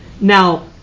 Now